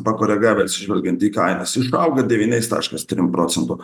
pakoregavę atsižvelgiant į kainas išaugo devyniais taškas trim procento